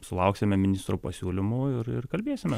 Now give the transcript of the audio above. sulauksime ministro pasiūlymų ir ir kalbėsime